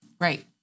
Right